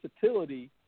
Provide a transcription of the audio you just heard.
versatility